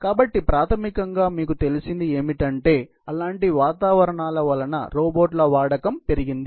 కాబట్టి ప్రాథమికంగా మీకు తెలిసింది ఏమిటంటే ఆలాంటి వాతావరణాల వలన రోబోట్ల వాడకం పెరిగింది